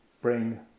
bring